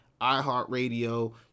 iHeartRadio